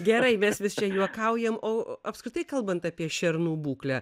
gerai mes vis čia juokaujam o apskritai kalbant apie šernų būklę